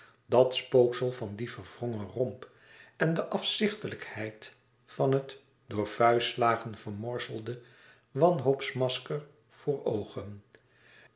dat spooksel van dien verwrongen romp en de afzichtelijkheid van het door vuistslagen vermorzelde wanhoopsmasker voor oogen